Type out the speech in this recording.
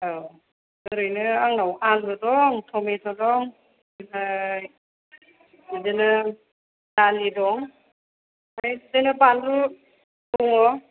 अ ओरैनो आंनाव आलु दं टमेट' दं ओमफ्राय बिदिनो दालि दं ओमफ्राय बिदिनो बानलु दङ